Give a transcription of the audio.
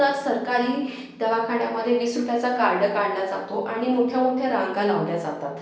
तर सरकारी दवाखान्यामध्ये वीस रुपयाचा कार्ड काढला जातो आणि मोठ्या मोठ्या रांगा लावल्या जातात